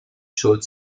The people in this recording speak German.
schuld